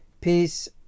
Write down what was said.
Peace